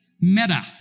meta